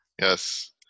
Yes